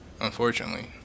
Unfortunately